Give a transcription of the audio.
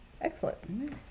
Excellent